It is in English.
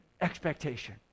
expectation